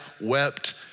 wept